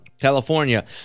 California